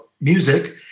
music